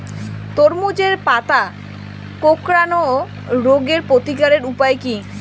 তরমুজের পাতা কোঁকড়ানো রোগের প্রতিকারের উপায় কী?